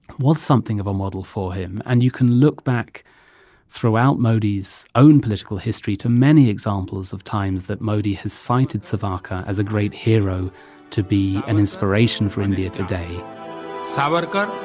was something of a model for him. and you can look back throughout modi's own political history to many examples of times that modi has cited savarkar as a great hero to be an inspiration for india today there's